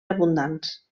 abundants